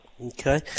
Okay